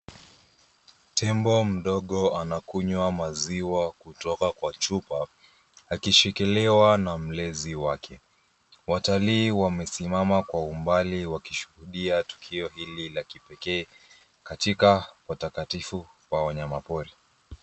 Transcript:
Tembo mdogo anakunywa maziwa kutoka kwa chupa akishikiliwa na mlezi wake. Watalii wamesimama kwa umbali wakishuhudia tukio hili la kipekee katika watakatifu wa wanyamapori.